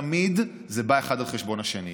תמיד זה בא אחד על חשבון השני.